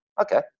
okay